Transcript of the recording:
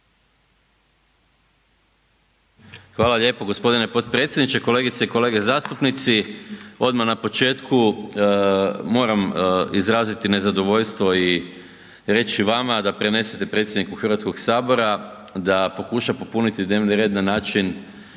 Hvala lijepo gospodine potpredsjedniče. Kolegice i kolege zastupnici, odmah na početku moram izraziti nezadovoljstvo i reći vama da prenesete predsjedniku Hrvatskog sabora da pokuša popuniti dnevni red na način